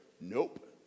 Nope